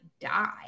die